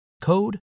code